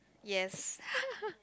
yes